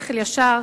בשכל הישר,